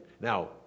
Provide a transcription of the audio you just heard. Now